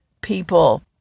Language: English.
people